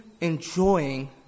enjoying